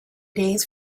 days